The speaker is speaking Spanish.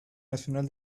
nacional